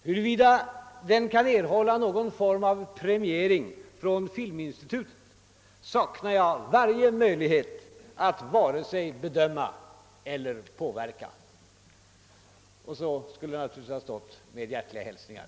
Huruvida den kan erhålla någon form av premiering från Filminstitutet saknar jag varje möjlighet att vare sig bedöma eller påverka. Detta var alltså mitt svar på brevet. Och så skulle det naturligtvis ha stått: »Med hjärtliga hälsningar».